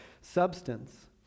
substance